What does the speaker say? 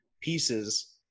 pieces